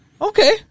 Okay